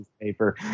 paper